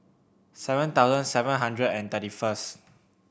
seven thousand seven hundred and thirty first